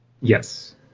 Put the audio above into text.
Yes